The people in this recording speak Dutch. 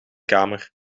kamer